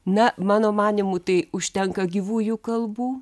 na mano manymu tai užtenka gyvųjų kalbų